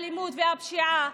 האלימות והפשיעה.